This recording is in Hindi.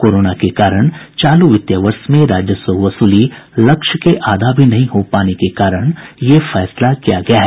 कोरोना के कारण चालू वित्तीय वर्ष में राजस्व वसूली लक्ष्य के आधा भी नहीं हो पाने के कारण यह फैसला किया गया है